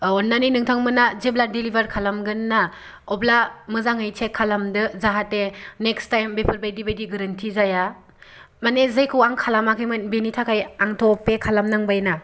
अननानै नोंथांमोना जेब्ला दिलिभार खालामगोनना अब्ला मोजाङै चेक खालामदो जाहाथे नेक्सट टाइम बेफोर बायदि गोरोन्थि जाया माने जायखौ आं खालामखैमोन बेनि थाखाय आंथ' पे खालामनांबाय ना